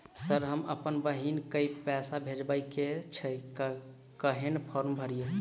Sir हम अप्पन बहिन केँ पैसा भेजय केँ छै कहैन फार्म भरीय?